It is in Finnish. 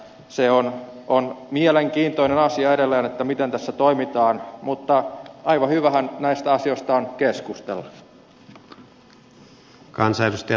se on mielenkiintoinen asia edelleen miten tässä toimitaan mutta aivan hyvähän näistä asioista on keskustella